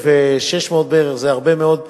1,600 זה הרבה מאוד אלמנים,